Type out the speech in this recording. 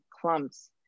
clumps